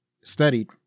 studied